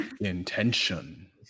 Intention